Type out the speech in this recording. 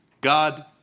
God